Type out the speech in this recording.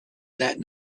that